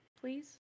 please